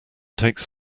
takes